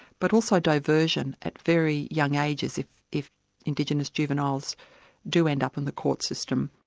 but also diversion at very young ages if if indigenous juveniles do end up in the court system.